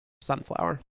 Sunflower